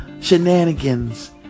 shenanigans